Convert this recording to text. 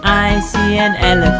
i see and and